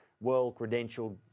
well-credentialed